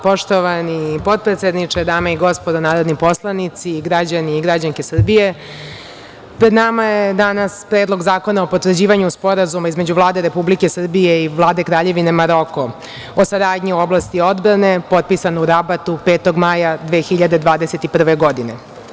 Poštovani potpredsedniče, dame i gospodo narodni poslanici, građani i građanke Srbije, pred nama je danas Predlog zakona o potvrđivanju Sporazuma između Vlade Republike Srbije i Vlade Kraljevine Maroko o saradnji u oblasti odbrane, potpisano u Rabatu 5. maja 2021. godine.